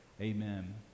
amen